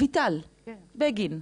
אביטל בגין,